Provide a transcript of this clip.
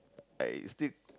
I still